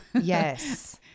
Yes